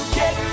get